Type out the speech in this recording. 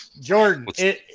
Jordan